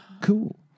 cool